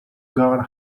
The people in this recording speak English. gone